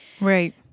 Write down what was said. Right